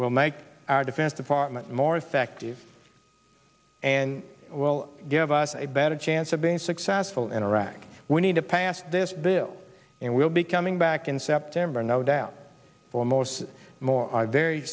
will make our defense department more effective and will give us a better chance of being successful in iraq we need to pass this bill and we'll be coming back in september no doubt almost more of a very